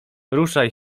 ruszaj